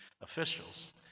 officials